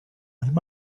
him